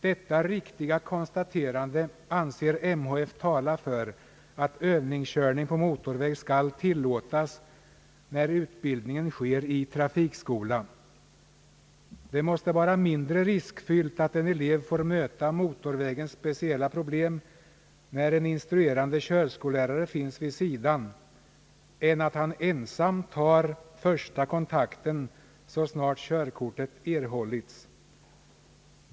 Detta riktiga konstaterande anser MHF tala för att övningskörning på motorväg skall tillåtas, när utbildning sker i trafikskola. Det måste vara mindre riskfyllt att en elev får möta motorvägens speciella problem, när en instruerande körskolelärare finns vid sidan, än att han ensam tar den första kontakten så snart körkortet erhållits.